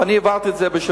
ואני עברתי את זה בשבוע.